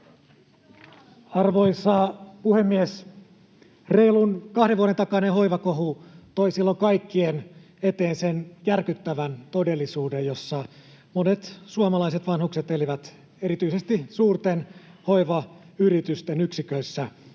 Arvoisa puhemies! Reilun kahden vuoden takainen hoivakohu toi silloin kaikkien eteen sen järkyttävän todellisuuden, jossa monet suomalaiset vanhukset elivät, erityisesti suurten hoivayritysten yksiköissä.